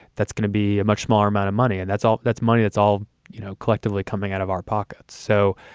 that's going to be a much smaller amount of money. and that's all that's money. it's all you know collectively coming out of our pockets. so,